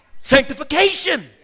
Sanctification